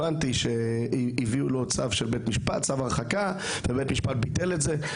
הבנתי שהביאו לו צו הרחקה של בית משפט ובית המשפט ביטל את זה,